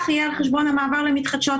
יהיה על חשבון המעבר לאנרגיות מתחדשות.